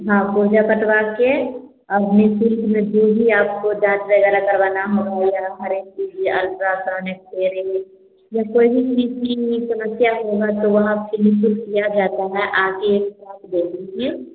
हाँ पुर्ज़ा कटवा के अब निःशुल्क में जो भी आपको जाँच वग़ैरह करवाना होगा हर एक चीज़ भी अल्ट्रासाउंड एक्सरे या कोई भी किसी भी समस्या होगा तो वहाँ फ़्री में किया जाता है आ कर एक बार देख लीजिए